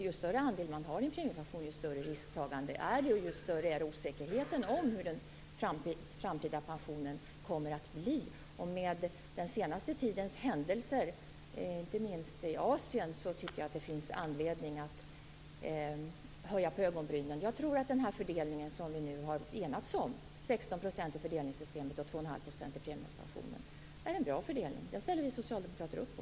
Ju större andel man har i en premiepension, desto större risktagande är det och desto större är osäkerheten om hur den framtida pensionen kommer att bli. Med den senaste tidens händelser, inte minst i Asien, tycker jag att det finns anledning att höja på ögonbrynen. Jag tror att den fördelning som vi nu har enats om, dvs. 16 % i fördelningssystemet och 2,5 % i premiepensionen, är en bra fördelning. Den ställer vi socialdemokrater upp på.